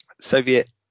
Soviet